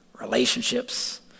relationships